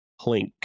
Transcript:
Plink